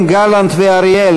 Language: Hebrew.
הגבלת מספר התיקים ביום דיונים),